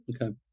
Okay